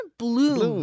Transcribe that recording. bloom